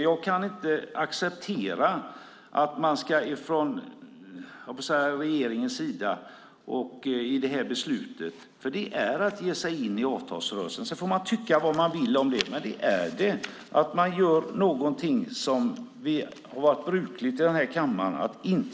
Jag kan inte acceptera regeringens förslag, för det är att ge sig in i avtalsrörelsen. Man får tycka vad man vill om det, men ni gör något som inte har varit brukligt i kammaren.